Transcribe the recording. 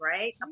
Right